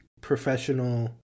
professional